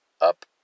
up